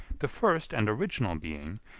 the first and original being,